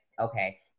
okay